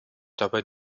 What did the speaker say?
dabei